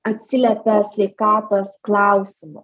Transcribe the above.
atsiliepia sveikatos klausimu